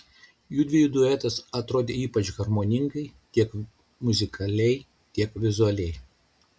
judviejų duetas atrodė ypač harmoningai tiek muzikaliai tiek vizualiai